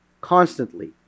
constantly